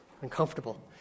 uncomfortable